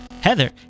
Heather